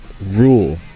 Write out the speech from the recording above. Rule